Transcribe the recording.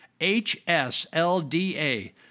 H-S-L-D-A